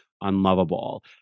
unlovable